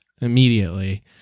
immediately